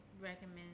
recommend